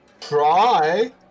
try